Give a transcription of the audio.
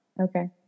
Okay